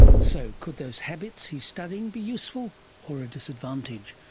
so, could those habits he's studying be useful or a disadvantage?